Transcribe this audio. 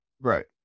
Right